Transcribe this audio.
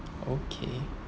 okay